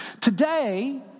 Today